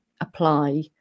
apply